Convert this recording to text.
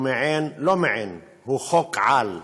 הוא מעין, לא מעין, הוא חוק-על,